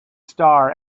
star